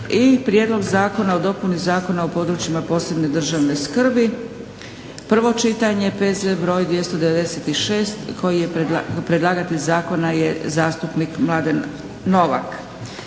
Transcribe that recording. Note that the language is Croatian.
Prijedlog zakona o dopuni Zakona o područjima posebne državne skrbi, prvo i drugo čitanje, P.Z. br. 296. Predlagatelj zakona je zastupnik Mladen Novak.